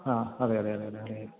ആ അതെ അതെ അതെ അതെ